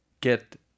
get